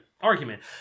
argument